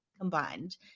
combined